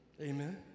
Amen